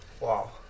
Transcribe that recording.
Wow